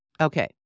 Okay